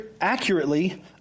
accurately